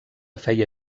feia